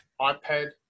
iPad